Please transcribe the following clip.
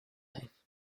life